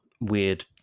weird